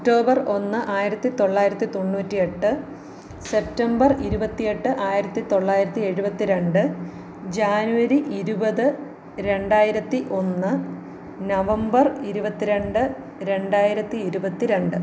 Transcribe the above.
October ഒന്ന് ആയിരത്തി തൊള്ളായിരത്തി തൊണ്ണൂറ്റി എട്ട് സെപ്റ്റംബര് ഇരുപത്തി എട്ട് ആയിരത്തി തൊള്ളായിരത്തി എഴുപത്തി രണ്ട് ജാനുവരി ഇരുപത് രണ്ടായിരത്തി ഒന്ന് നവംബര് ഇരുപത്തി രണ്ട് രണ്ടായിരത്തി ഇരുപത്തി രണ്ട്